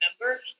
remember